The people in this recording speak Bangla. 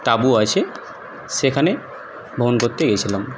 তাঁবু আছে সেখানে ভ্রমণ করতে গিয়েছিলাম